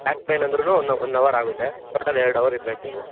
back pain ಅಂದರುನು one one hour ಆಗುತ್ತೆ but ಅದು ಎರಡು ಅವರ್ ಇರ್ಬೇಕು ನೀವು